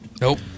Nope